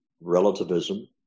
relativism